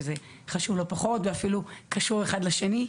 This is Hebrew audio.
זה חשוב לא פחות ואפילו קשור אחד לשני.